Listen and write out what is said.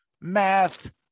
math